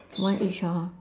one each hor